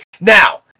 Now